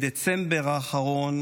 בדצמבר האחרון